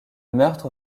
meurtre